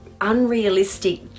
unrealistic